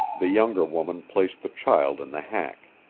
the younger woman placed the child in the hack.